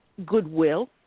goodwill